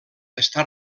està